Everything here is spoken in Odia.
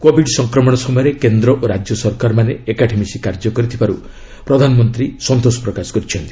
କୋବିଡ ସଂକ୍ରମଣ ସମୟରେ କେନ୍ଦ୍ର ଓ ରାଜ୍ୟ ସରକାରମାନେ ଏକାଠି ମିଶି କାର୍ଯ୍ୟ କରିଥିବାରୁ ପ୍ରଧାନମନ୍ତ୍ରୀ ସନ୍ତୋଷ ପ୍ରକାଶ କରିଛନ୍ତି